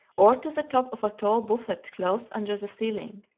or to the top of a tall buffet close under the ceiling.